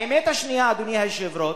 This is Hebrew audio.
אדוני היושב-ראש,